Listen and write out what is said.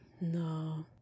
No